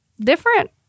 different